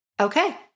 Okay